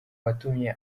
watumye